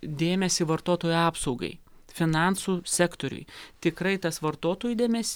dėmesį vartotojų apsaugai finansų sektoriui tikrai tas vartotojų dėmes